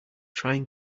trying